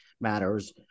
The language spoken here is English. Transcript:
matters